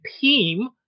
team